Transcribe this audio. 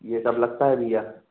ये सब लगता है भैया